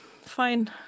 fine